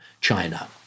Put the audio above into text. China